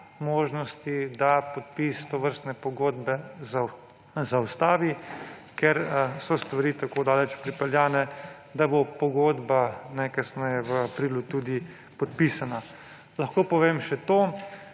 možnosti, da podpis tovrstne pogodbe zaustavi, ker so stvari tako daleč pripeljane, da bo pogodba najkasneje v aprilu tudi podpisana. Lahko povem še to,